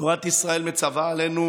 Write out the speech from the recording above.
תורת ישראל מצווה עלינו